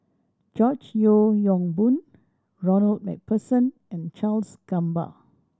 George Yeo Yong Boon Ronald Macpherson and Charles Gamba